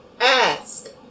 Ask